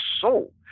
soul